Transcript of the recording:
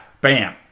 Bam